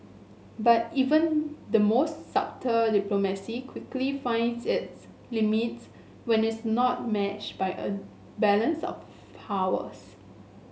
but even the most subtle diplomacy quickly finds its limits when its not matched by a balance of powers